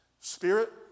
Spirit